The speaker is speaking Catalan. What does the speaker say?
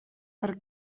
per